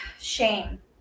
shame